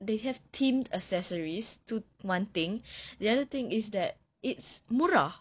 they have themed accessories itu one thing the other thing is that it's murah